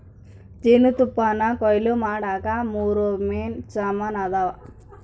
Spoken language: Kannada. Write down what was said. ಜೇನುತುಪ್ಪಾನಕೊಯ್ಲು ಮಾಡಾಕ ಮೂರು ಮೇನ್ ಸಾಮಾನ್ ಅದಾವ